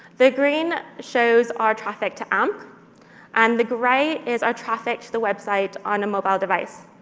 the green shows our traffic to amp and the gray is our traffic to the website on a mobile device.